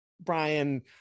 Brian